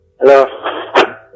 Hello